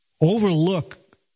overlook